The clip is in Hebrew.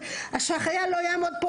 והחייל לא יעמוד פה,